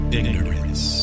ignorance